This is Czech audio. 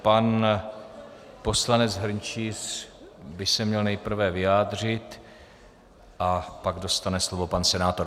Pan poslanec Hrnčíř by se měl nejprve vyjádřit a pak dostane slovo pan senátor.